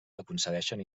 aconsegueixen